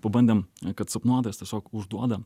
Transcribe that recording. pabandėm kad sapnuotojas tiesiog užduoda